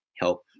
help